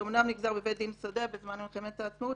שאמנם נגזר בבית דין שדה במלחמת העצמאות,